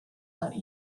dot